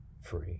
free